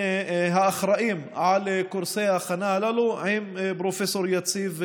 האחראים לקורסי ההכנה הללו עם פרופ' יציב,